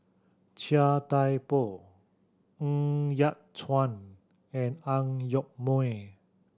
Chia Thye Poh Ng Yat Chuan and Ang Yoke Mooi